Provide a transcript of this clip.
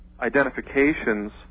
identifications